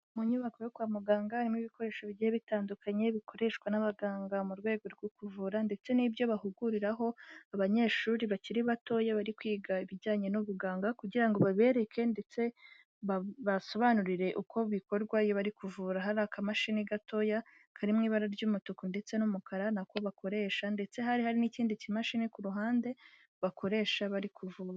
Mu nyubako yo kwa muganga harimo ibikoresho bigiye bitandukanye bikoreshwa n'abaganga mu rwego rwo kuvura ndetse n'ibyo bahuguriraho abanyeshuri bakiri batoya bari kwiga ibijyanye n'ubuganga kugira ngo babereke ndetse babasobanurire uko bikorwa iyo bari kuvura, hari akamashini gatoya karimo ibara ry'umutuku ndetse n'umukara nako bakoresha ndetse hari hari n'ikindi kimashini ku ruhande bakoresha bari kuvura.